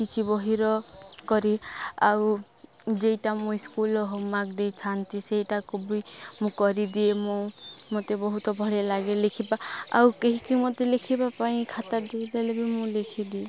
କିଛି ବହିର କରି ଆଉ ଯେଇଟା ମୁଁ ସ୍କୁଲ୍ ହୋମୱାର୍କ ଦେଇଥାନ୍ତି ସେଇଟାକୁ ବି ମୁଁ କରିଦିଏ ମୁଁ ମୋତେ ବହୁତ ବଢ଼ିଆ ଲାଗେ ଲେଖିବା ଆଉ କେହି କେହି ମୋତେ ଲେଖିବା ପାଇଁ ଖାତା ଦେଇଦେଲେ ବି ମୁଁ ଲେଖିଦିଏ